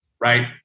right